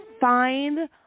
find